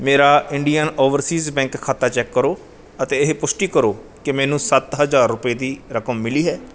ਮੇਰਾ Indian overseas bank ਖਾਤਾ check ਕਰੋ ਅਤੇ ਇਹ ਪੁਸ਼ਟੀ ਕਰੋ ਕਿ ਮੈਨੂੰ ਸੱਤ ਹਜ਼ਾਰ ਰੁਪਏ ਦੀ ਰਕਮ ਮਿਲੀ ਹੈ